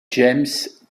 james